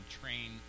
train